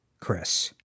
Chris